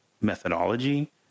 methodology